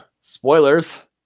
Spoilers